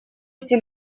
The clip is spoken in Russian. эти